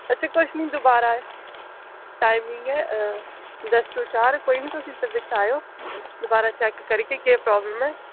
अच्छा तुस मीं दोबारा टाइमिंग ऐ दस टू चार कोई नी तुस एह्दे बिच्च आएयो दबारा चेक करगे केह् प्राब्लम ऐ